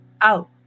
out